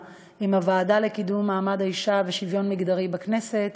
עם הוועדה לקידום מעמד האישה ולשוויון מגדרי בכנסת,